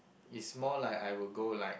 is more like I will go like